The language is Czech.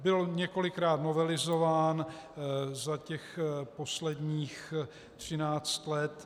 Byl několikrát novelizován za těch posledních třináct let.